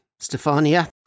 Stefania